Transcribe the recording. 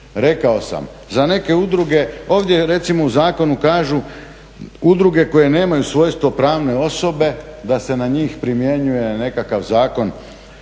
Rekao sam za neke udruge, ovdje recimo u zakonu kažu udruge koje nemaju svojstvo pravne osobe da se na njih primjenjuje nekakav zakon